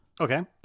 Okay